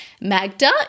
Magda